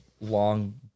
long